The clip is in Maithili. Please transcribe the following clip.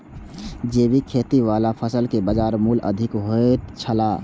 जैविक खेती वाला फसल के बाजार मूल्य अधिक होयत छला